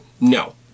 No